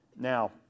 Now